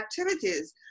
activities